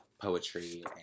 poetry